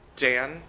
Dan